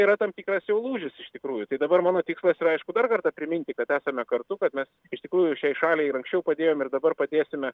yra tam tikras jau lūžis iš tikrųjų tai dabar mano tikslas yra aišku dar kartą priminti kad esame kartu kad mes iš tikrųjų šiai šaliai ir anksčiau padėjome ir dabar padėsime